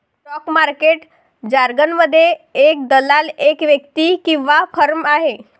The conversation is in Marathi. स्टॉक मार्केट जारगनमध्ये, एक दलाल एक व्यक्ती किंवा फर्म आहे